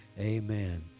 amen